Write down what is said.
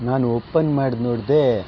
ನಾನು ಓಪನ್ ಮಾಡಿ ನೋಡಿದೆ